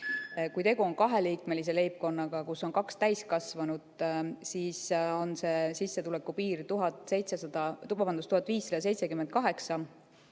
Kui tegu on kaheliikmelise leibkonnaga, kus on kaks täiskasvanut, siis on sissetuleku piir 1578,